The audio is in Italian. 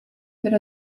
per